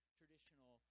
traditional